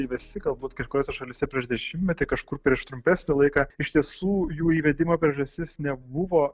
įvesti galbūt kažkuriose šalyse prieš dešimtmetį kažkur prieš trumpesnį laiką iš tiesų jų įvedimo priežastis nebuvo